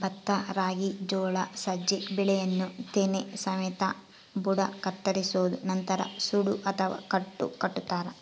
ಭತ್ತ ರಾಗಿ ಜೋಳ ಸಜ್ಜೆ ಬೆಳೆಯನ್ನು ತೆನೆ ಸಮೇತ ಬುಡ ಕತ್ತರಿಸೋದು ನಂತರ ಸೂಡು ಅಥವಾ ಕಟ್ಟು ಕಟ್ಟುತಾರ